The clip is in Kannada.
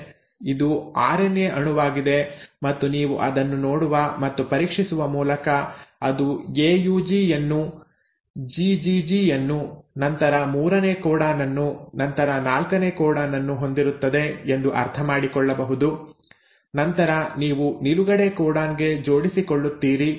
ಇದು ಆರ್ಎನ್ಎ ಅಣುವಾಗಿದೆ ಮತ್ತು ನೀವು ಅದನ್ನು ನೋಡುವ ಮತ್ತು ಪರೀಕ್ಷಿಸುವ ಮೂಲಕ ಅದು ಎಯುಜಿ ಯನ್ನು ಜಿಜಿಜಿ ಯನ್ನು ನಂತರ ಮೂರನೇ ಕೋಡಾನ್ ಅನ್ನು ನಂತರ ನಾಲ್ಕನೇ ಕೋಡಾನ್ ಅನ್ನು ಹೊಂದಿರುತ್ತದೆ ಎಂದು ಅರ್ಥಮಾಡಿಕೊಳ್ಳಬಹುದು ನಂತರ ನೀವು ನಿಲುಗಡೆ ಕೋಡಾನ್ ಗೆ ಜೋಡಿಸಿಕೊಳ್ಳುತ್ತೀರಿ